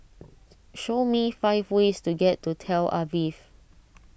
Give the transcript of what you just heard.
show me five ways to get to Tel Aviv